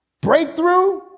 Breakthrough